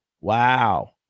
Wow